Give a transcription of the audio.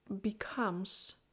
becomes